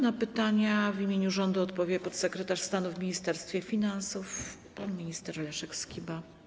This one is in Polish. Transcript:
Na pytania w imieniu rządu odpowie podsekretarz stanu w Ministerstwie Finansów pan minister Leszek Skiba.